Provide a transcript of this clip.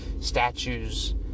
statues